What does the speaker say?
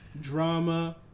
drama